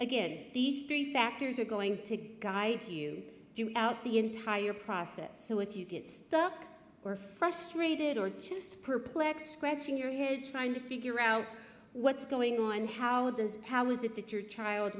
again these three factors are going to guide you throughout the entire process so if you get stuck or frustrated or just perplexed scratching your head trying to figure out what's going on how does how is it that your child